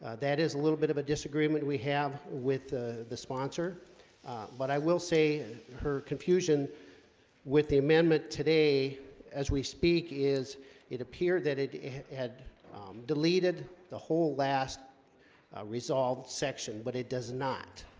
that is a little bit of a disagreement we have with ah the sponsor but i will say her confusion with the amendment today as we speak is it appeared that it had deleted the hole last resolved section, but it does not